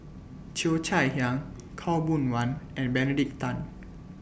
Cheo Chai Hiang Khaw Boon Wan and Benedict Tan